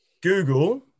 Google